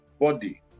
body